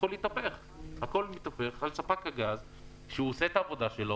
הכל מתהפך על ספק הגז שעושה את העבודה שלו.